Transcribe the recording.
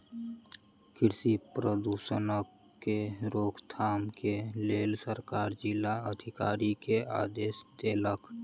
कृषि प्रदूषणक के रोकथाम के लेल सरकार जिला अधिकारी के आदेश देलक